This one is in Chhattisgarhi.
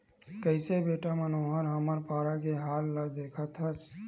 कइसे बेटा मनोहर हमर पारा के हाल ल देखत हस